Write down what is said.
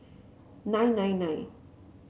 nine nine nine